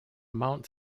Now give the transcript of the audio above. mount